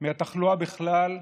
מהתחלואה בכלל,